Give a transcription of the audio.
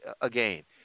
again